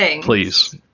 please